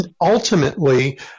ultimately